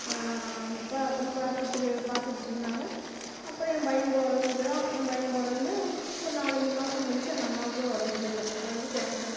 இப்போ அப்படி பாத்து பார்த்துக்கிட்ருந்தாங்க அப்புறம் என் பையன் பிறந்தான் என் பையன் பிறந்து ஒரு நாலஞ்சு மாதங்கழிச்சு எங்கள் அம்மாவுக்கு உடம்பு சரியில்லை அதாவது கேன்சர்